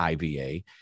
IVA